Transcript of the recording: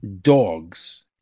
dogs